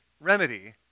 remedy